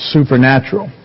Supernatural